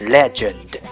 Legend